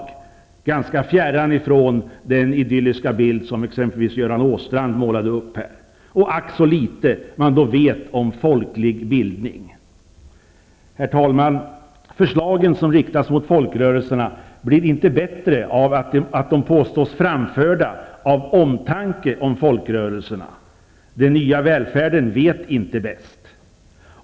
Det är ganska fjärran ifrån den idylliska bild som exempelvis Göran Åstrand målade upp här. Ack, så litet man då vet om folklig bildning! Herr talman! Förslagen som riktas mot folkrörelserna blir inte bättre av att de påstås framförda av omtanke om folkrörelserna. Den nya välfärden vet inte bäst.